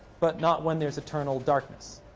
but not when there's eternal darkness.